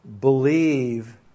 Believe